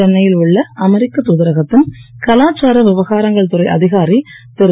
சென்னையில் உள்ள அமெரிக்க தூதரகத்தின் கலாச்சார விவகாரங்கள் துறை அதிகாரி திரு